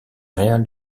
réal